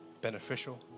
beneficial